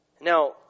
Now